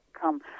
come